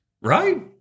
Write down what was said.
Right